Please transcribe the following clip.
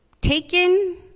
taken